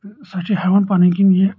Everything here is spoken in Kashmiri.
تہٕ سۄ چھِ ہیٚوان پنٕنۍ کِن یہِ